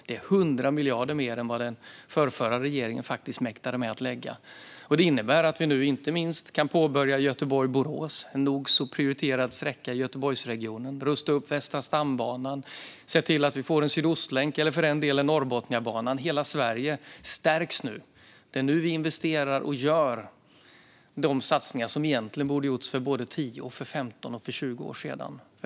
Det är faktiskt 100 miljarder mer än vad den förrförra regeringen mäktade med att lägga. Det innebär att vi nu inte minst kan påbörja sträckan mellan Göteborg och Borås - det är en nog så prioriterad sträcka i Göteborgsregionen. Vi kan rusta upp Västra stambanan och se till att vi får en sydostlänk eller för den delen Norrbotniabanan. Hela Sverige stärks nu. Det är nu vi investerar och gör de satsningar som egentligen borde ha gjorts för 10, 15 och 20 år sedan.